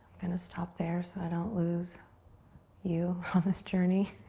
gonna stop there so i don't lose you on this journey.